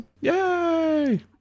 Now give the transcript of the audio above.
Yay